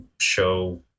show